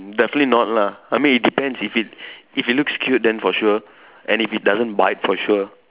definitely not lah I mean it depends if it if it looks cute then for sure and if it doesn't bite for sure